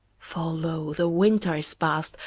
for, lo, the winter is past,